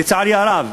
לצערי הרב,